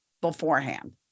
beforehand